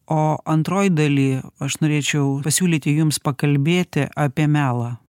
o antroj daly aš norėčiau pasiūlyti jums pakalbėti apie melą